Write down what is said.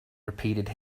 repeated